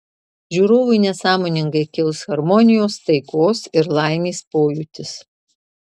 žiūrovui nesąmoningai kils harmonijos taikos ir laimės pojūtis